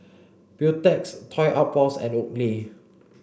Beautex Toy Outpost and Oakley